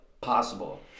possible